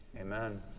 Amen